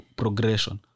progression